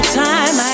time